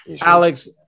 Alex